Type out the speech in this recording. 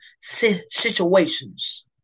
situations